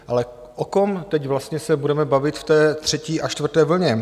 Ale o kom teď vlastně se budeme bavit v té třetí a čtvrté vlně?